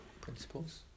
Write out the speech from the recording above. principles